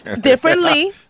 differently